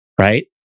right